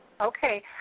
Okay